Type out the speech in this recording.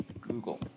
Google